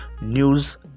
News